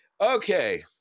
okay